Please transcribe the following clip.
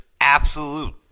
absolute